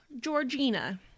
Georgina